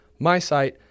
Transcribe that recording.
mysite